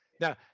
Now